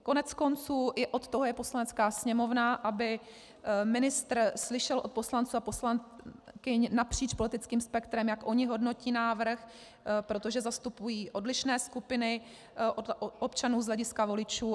Koneckonců i od toho je Poslanecká sněmovna, aby ministr slyšel od poslanců a poslankyň napříč politickým spektrem, jak oni hodnotí návrh, protože zastupují odlišné skupiny občanů z hlediska voličů.